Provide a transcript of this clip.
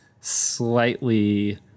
slightly